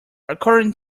according